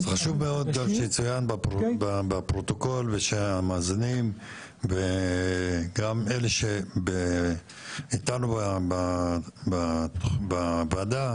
אז חשוב שזה יצוין בפרוטוקול ושהמאזינים ואלה שנמצאים אתנו בוועדה